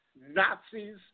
Nazis